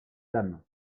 dames